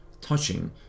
touching